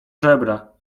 żebra